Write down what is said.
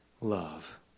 love